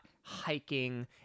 hiking